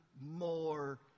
more